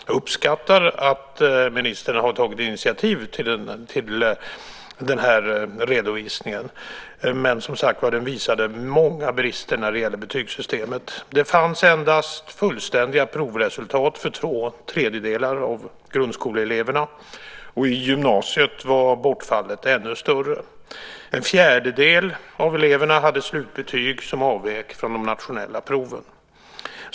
Jag uppskattar att ministern har tagit initiativ till redovisningen, men den visade många brister när det gäller betygssystemet. Det fanns endast fullständiga provresultat för två tredjedelar av grundskoleeleverna. I gymnasiet var bortfallet ännu större. En fjärdedel av eleverna hade slutbetyg som avvek från de nationella proven.